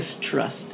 distrust